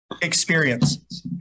Experience